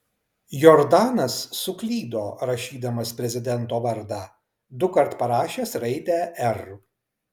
jordanas suklydo rašydamas prezidento vardą dukart parašęs raidę r